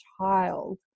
child